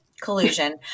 collusion